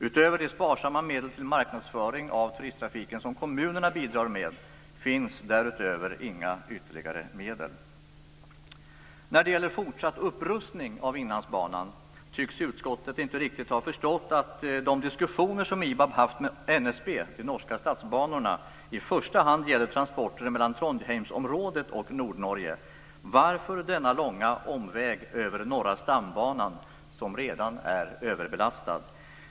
Utöver de sparsamma medel till marknadsföring av turisttrafiken som kommunerna bidrar med finns inga ytterligare medel. När det gäller fortsatt upprustning av Inlandsbanan tycks utskottet inte riktigt ha förstått att de diskussioner som IBAB haft med NSB, Norges Statsbaner, i första hand gäller transporter mellan Trondheimsområdet och Nordnorge. Varför denna långa omväg över Norra stambanan, som redan är överbelastad?